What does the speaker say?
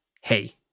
hey